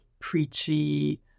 preachy